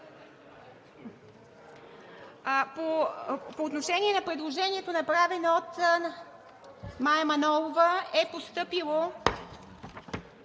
По отношение на предложението, направено от Мая Манолова, е постъпило